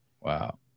Wow